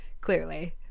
clearly